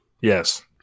Yes